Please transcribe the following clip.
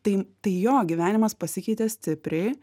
tai tai jo gyvenimas pasikeitė stipriai